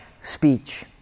speech